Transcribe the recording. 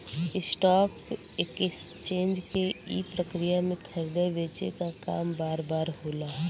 stock exchange के ई प्रक्रिया में खरीदे बेचे क काम बार बार होला